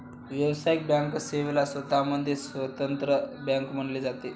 व्यावसायिक बँक सेवेला स्वतः मध्ये स्वतंत्र बँक म्हटले जाते